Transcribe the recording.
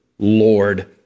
Lord